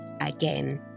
again